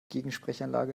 gegensprechanlage